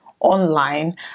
Online